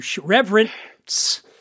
reverence